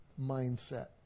mindset